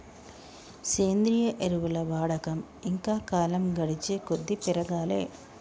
సేంద్రియ ఎరువుల వాడకం ఇంకా కాలం గడిచేకొద్దీ పెరగాలే